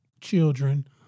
children